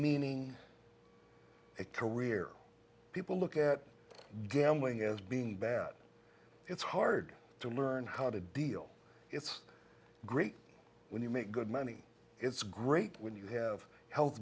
meaning a career people look at gambling as being bad it's hard to learn how to deal it's great when you make good money it's great when you have health